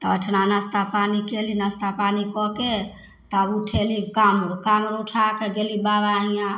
तब ओहिठाम नाश्ता पानी कएली नास्ता पानी कऽके तब उठेली कामरु कामरु उठाके गेली बाबा हिआँ